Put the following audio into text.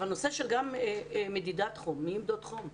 בנושא מדידת חום, מי ימדוד חום?